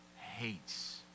hates